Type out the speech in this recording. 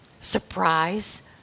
surprise